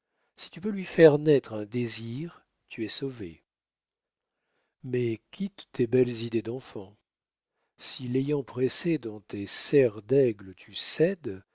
si tu peux lui faire naître un désir tu es sauvé mais quitte tes belles idées d'enfant si l'ayant pressée dans tes serres d'aigle tu cèdes